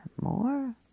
more